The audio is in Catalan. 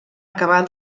acabar